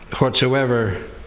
Whatsoever